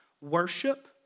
worship